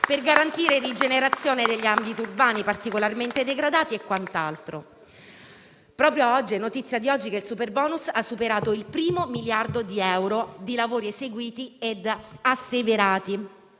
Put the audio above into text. per garantire rigenerazione degli ambiti urbani particolarmente degradati e quant'altro. È notizia di oggi che il superbonus ha superato il primo miliardo di euro di lavori eseguiti ed asseverati.